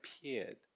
appeared